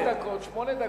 שבע דקות, שמונה דקות.